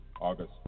August